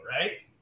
right